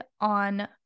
on